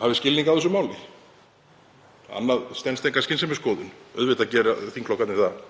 hafi skilning á þessu máli. Annað stenst enga skynsemisskoðun, auðvitað gera þingflokkarnir það.